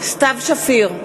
סתיו שפיר,